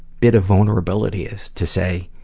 bit of vulnerability is to say,